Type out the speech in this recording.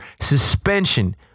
suspension